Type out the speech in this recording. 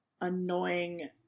annoying